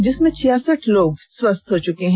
जिसमें छियासठ लोग स्वस्थ हो चुके हैं